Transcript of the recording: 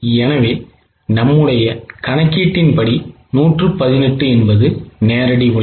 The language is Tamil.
எனவே நம்முடைய கணக்கீட்டின்படி 118 என்பது நேரடி உழைப்பு